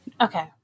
Okay